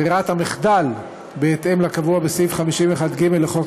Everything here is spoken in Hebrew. ברירת המחדל בהתאם לקבוע בסעיף 51ג לחוק